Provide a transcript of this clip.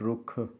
ਰੁੱਖ